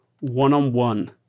one-on-one